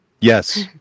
Yes